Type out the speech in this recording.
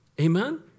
Amen